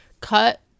cut